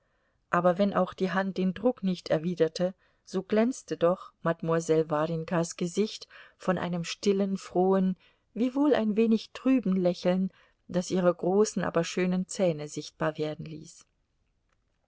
aber wenn auch die hand den druck nicht erwiderte so glänzte doch mademoiselle warjenkas gesicht von einem stillen frohen wiewohl ein wenig trüben lächeln das ihre großen aber schönen zähne sichtbar werden ließ